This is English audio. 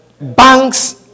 banks